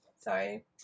sorry